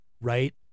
right